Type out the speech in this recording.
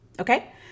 okay